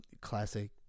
Classic